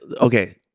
okay